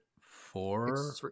four